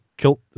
kilt